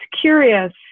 curious